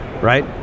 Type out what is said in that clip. right